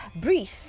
breathe